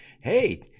hey